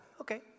okay